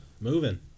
Moving